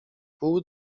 pół